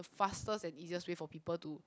fastest and easiest way for people to